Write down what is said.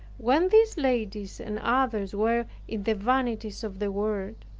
when these ladies and others were in the vanities of the world,